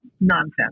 nonsense